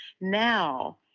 Now